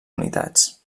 unitats